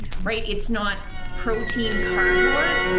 right? it's not protein cardboard,